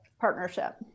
partnership